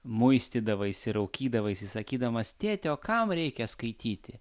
muistydavaisi raukydavaisi sakydamas tėti o kam reikia skaityti